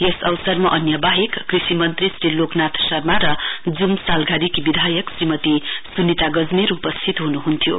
यस अवसरमा अन्य वाहेक कृषि मन्त्री श्री लोकनाथ शर्मा र जूम सालघारीकी विधायक श्रीमती सुनिता गजमेर उपस्थित हुनुहुन्थ्यो